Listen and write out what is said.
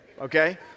okay